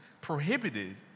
prohibited